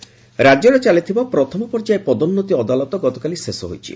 ପଦୋନ୍ଦତି ଅଦାଲତ ରାକ୍ୟରେ ଚାଲିଥିବା ପ୍ରଥମ ପର୍ଯ୍ୟାୟ ପଦୋନ୍ଦତି ଅଦାଲତ ଗତକାଲି ଶେଷ ହୋଇଛି